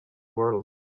world